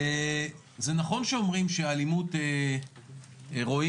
וזה נכון שאומרים שהאלימות רואים,